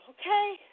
okay